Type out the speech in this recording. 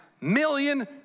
million